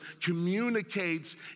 communicates